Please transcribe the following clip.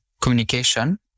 communication